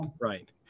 Right